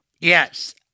Yes